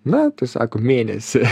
na tai sako mėnesį